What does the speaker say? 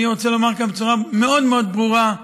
אני רוצה לומר כאן בצורה מאוד מאוד ברורה,